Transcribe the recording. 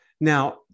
Now